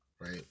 right